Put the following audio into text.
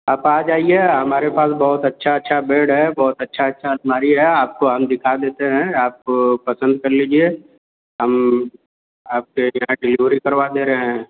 आप आ जाइए हमारे पास बहुत अच्छा अच्छा बेड है बहुत अच्छा अच्छा अलमारी है आपको हम दिखा देते हैं आप पसंद कर लीजिए हम आपके यहाँ डेलिवरी करवा दे रहे हैं